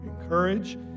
encourage